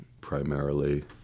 primarily